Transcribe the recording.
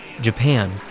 Japan